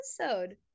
episode